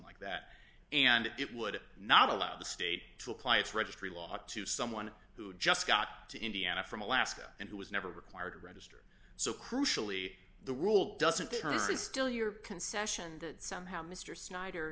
like that and it would not allow the state to apply its registry law to someone who just got to indiana from alaska and who was never required to register so crucially the rule doesn't determine the still your concession that somehow mr snyder